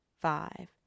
five